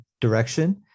direction